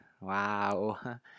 Wow